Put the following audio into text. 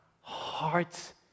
heart's